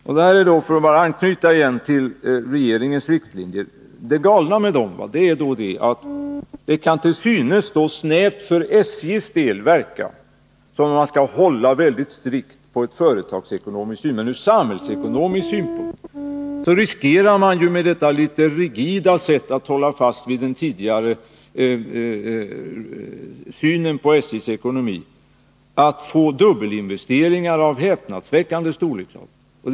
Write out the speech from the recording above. För att återigen anknyta till regeringens riktlinjer vill jag säga att det galna med dem är att det snävt för SJ:s del kan verka som om man skall hålla väldigt strikt på ett företagsekonomiskt synsätt, men ur samhällekonomisk synpunkt riskerar man med detta litet rigida sätt att hålla fast vid det tidigare synsättet när det gäller SJ:s ekonomi att få dubbelinvesteringar av häpnadsväckande storleksordning.